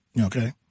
Okay